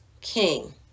king